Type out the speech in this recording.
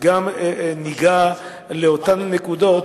גם ניגע באותן נקודות